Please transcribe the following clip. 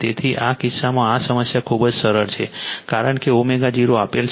તેથી આ કિસ્સામાં આ સમસ્યા ખૂબ જ સરળ છે કારણ કે ω0 આપેલ છે